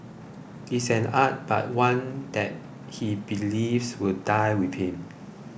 it is an art but one that he believes will die with him